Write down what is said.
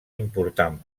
important